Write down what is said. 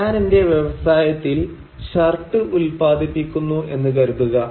ഞാൻ എന്റെ വ്യവസായത്തിൽ ഷർട്ട് ഉത്പാദിപ്പിക്കുന്നു എന്ന് കരുതുക